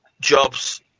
jobs